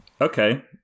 Okay